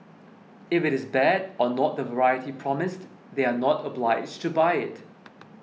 if it is bad or not the variety promised they are not obliged to buy it